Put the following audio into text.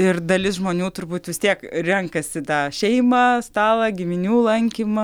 ir dalis žmonių turbūt vis tiek renkasi tą šeimą stalą giminių lankymą